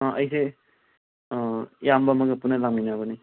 ꯑꯩꯁꯦ ꯏꯌꯥꯝꯕ ꯑꯃꯒ ꯄꯨꯟꯅ ꯂꯥꯛꯃꯤꯟꯅꯕꯅꯤ